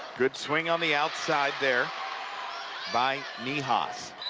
good swing on the outside there by niehaus.